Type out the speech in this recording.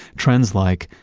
trends like,